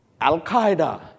Al-Qaeda